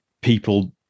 people